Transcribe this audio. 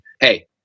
hey